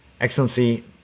Excellency